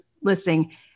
listening